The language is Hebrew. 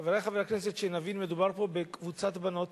חברי חברי הכנסת, שנבין, מדובר פה בקבוצת בנות